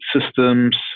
systems